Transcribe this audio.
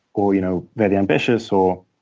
or you know very ambitious or